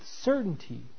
certainty